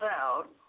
out